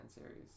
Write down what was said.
series